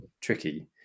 tricky